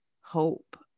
hope